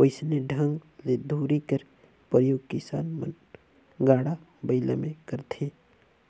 वइसने ढंग ले धूरी कर परियोग किसान मन गाड़ा बइला मे करथे